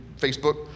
Facebook